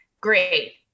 great